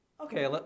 Okay